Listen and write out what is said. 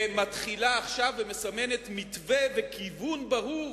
ומתחילה עכשיו ומסמנת מתווה וכיוון ברור